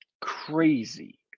crazy